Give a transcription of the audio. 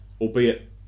albeit